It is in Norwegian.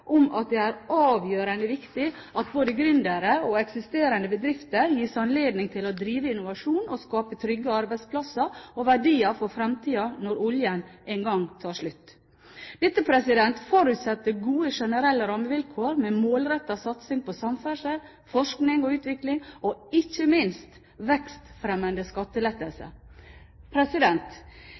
om at det er avgjørende viktig at både gründere og eksisterende bedrifter gis anledning til å drive innovasjon og skape trygge arbeidsplasser og verdier for fremtiden når oljen en gang tar slutt. Dette forutsetter gode generelle rammevilkår, med målrettet satsing på samferdsel, forskning og utvikling og ikke minst vekstfremmende skattelettelser.